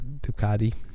Ducati